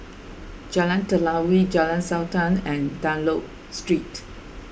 Jalan Telawi Jalan Sultan and Dunlop Street